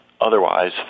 otherwise